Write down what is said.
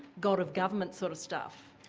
god of government sort of stuff.